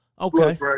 Okay